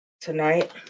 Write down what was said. tonight